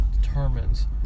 determines